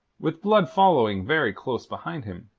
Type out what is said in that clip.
with blood following very close behind him.